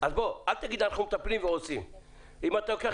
אז בוא, אל תגיד אנחנו מטפלים ועושים.